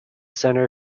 center